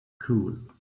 cool